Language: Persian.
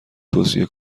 توصیه